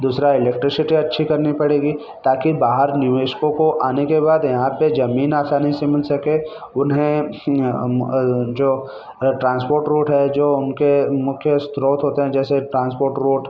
दूसरा इलेक्ट्रिसिटी अच्छी करनी पड़ेगी ताकि बाहर निवेशकों को आने के बाद यहाँ पर ज़मीन आसानी से मिल सके उन्हें जो ट्रांसपोर्ट रोड है जो उनके मुख्य स्रोत होते हैं जैसे ट्रांसपोर्ट रोड